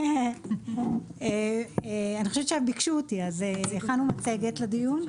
אני חושבת שהם ביקשו אותי, אז הכנו מצגת לדיון.